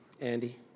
Andy